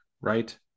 right